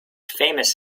famous